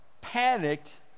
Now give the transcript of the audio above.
panicked